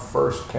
First